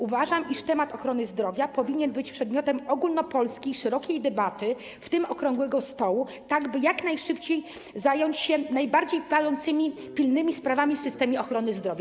Uważam, iż temat ochrony zdrowia powinien być przedmiotem ogólnopolskiej, szerokiej debaty, w tym okrągłego stołu, tak by jak najszybciej zająć się najbardziej palącymi, pilnymi sprawami w systemie ochrony zdrowia.